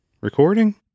recording